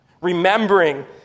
Remembering